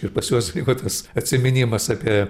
ir pas juos liko tas atsiminimas apie